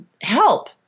help